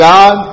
God